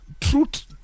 truth